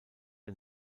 ein